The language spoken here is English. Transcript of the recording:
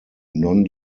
non